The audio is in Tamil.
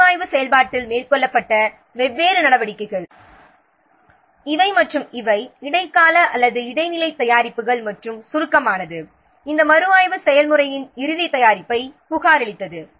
மறுஆய்வு செயல்பாட்டில் மேற்கொள்ளப்பட்ட வெவ்வேறு நடவடிக்கைகள் இவை மற்றும் இவை இடைக்கால அல்லது இடைநிலை தயாரிப்புகள் மற்றும் சுருக்கமானது இந்த மறுஆய்வு செயல்முறையின் இறுதி தயாரிப்பைப் புகாரளித்தது